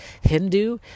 Hindu